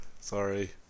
Sorry